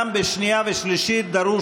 מדינת ישראל יוצאת לבחירות בפעם השלישית בתוך שנה.